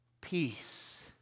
peace